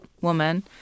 woman